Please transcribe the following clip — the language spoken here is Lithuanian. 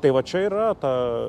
tai va čia yra ta